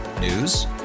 News